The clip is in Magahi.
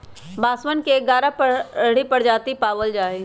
बांसवन के ग्यारह बाहरी प्रजाति पावल जाहई